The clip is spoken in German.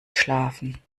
schlafen